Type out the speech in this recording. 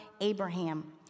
Abraham